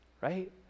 right